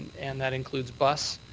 and that includes bus,